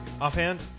offhand